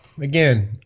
again